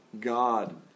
God